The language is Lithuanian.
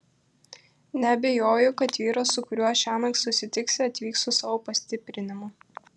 neabejoju kad vyras su kuriuo šiąnakt susitiksi atvyks su savo pastiprinimu